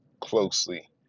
closely